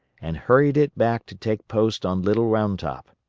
and hurried it back to take post on little round top.